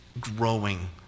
growing